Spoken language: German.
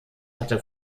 hatte